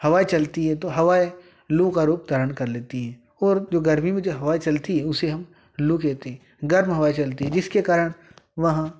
हवाएँ चलती हैं तो हवाएँ लू का रूप धारण कर लेती हैं और जो गर्मी में जो हवाएँ चलती हैं उसे हम लू कहते हैं गर्म हवाएँ चलती हैं जिसके कारण वह